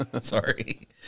Sorry